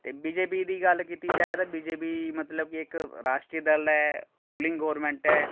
ते B J P दी गल्ल कीती जाए ते बी जे पी मतलब कि इक राश्ट्री दल ऐ रूलिंग गौरमैंट ऐ